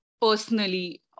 personally